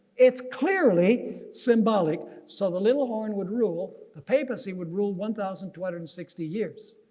it's clearly symbolic. so the little horn would rule, the papacy would rule one thousand two hundred and sixty years.